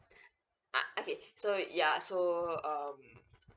ah okay so yeah so um